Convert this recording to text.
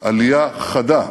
עלייה חדה,